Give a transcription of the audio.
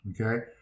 Okay